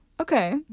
Okay